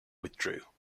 withdrew